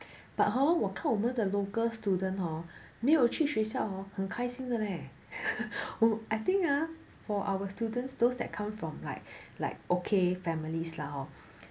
but hor 我看我们的 local students hor 没有去学校 hor 很开心的 leh who I think ah for our students those that come from like like okay families lah hor